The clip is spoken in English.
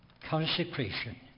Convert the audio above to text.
consecration